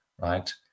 right